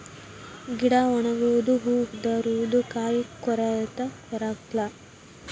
ಗಿಡಾ ಒಣಗುದು ಹೂ ಉದರುದು ಕಾಯಿ ಕೊರತಾ ಕೊರಕ್ಲಾ